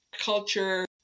Culture